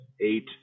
Eight